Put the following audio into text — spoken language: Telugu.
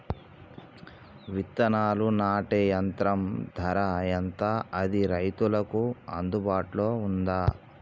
విత్తనాలు నాటే యంత్రం ధర ఎంత అది రైతులకు అందుబాటులో ఉందా?